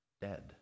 dead